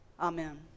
Amen